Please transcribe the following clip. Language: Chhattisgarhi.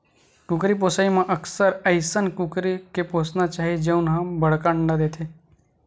कुकरी पोसइ म अक्सर अइसन कुकरी के पोसना चाही जउन ह बड़का अंडा देथे